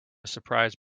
surprise